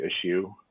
issue